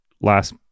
last